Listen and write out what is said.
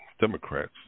Democrats